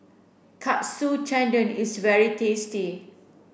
Katsu Tendon is very tasty